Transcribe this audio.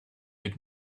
had